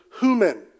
human